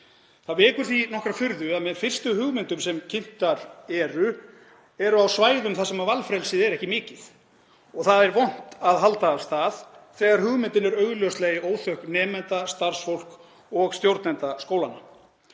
Það vekur því nokkra furðu að með fyrstu hugmyndum sem kynntar eru eru á svæðum þar sem valfrelsið er ekki mikið og það er vont að halda af stað þegar hugmyndin er augljóslega í óþökk nemenda, starfsfólks og stjórnenda skólanna.